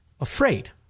afraid